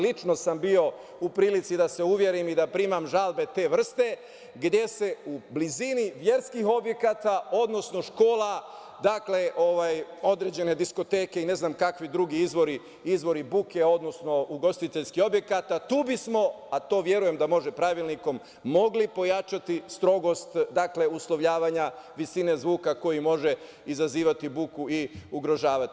Lično sam bio u prilici da se uverim i da primam žalbe te vrste, gde se u blizini verskih objekata, odnosno škola određene diskoteke i ne znam kakvi drugi izvori buke, odnosno ugostiteljskih objekata, tu bismo, a to verujem da može pravilnikom, mogli pojačati strogost uslovljavanja visine zvuka koji može izazivati buku i ugrožavati.